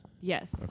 Yes